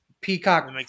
Peacock